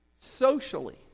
socially